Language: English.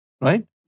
right